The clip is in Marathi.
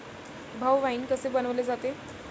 भाऊ, वाइन कसे बनवले जाते?